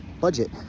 budget